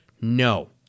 no